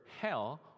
hell